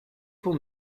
pour